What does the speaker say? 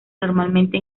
normalmente